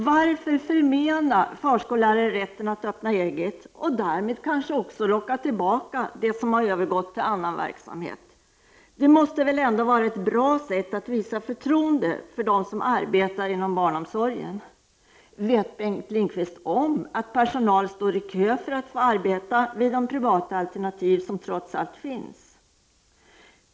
Varför förmena förskollärare rätten att öppna eget och därmed kanske locka tillbaka dem som har gått över till annan verksamhet? Det måste väl ändå vara ett bra sätt att visa förtroende för dem som arbetar inom barnomsorgen. Vet Bengt Lindqvist inte om att personal står i kö för att få arbeta med de privata alternativ som trots allt finns?